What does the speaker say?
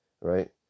right